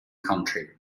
country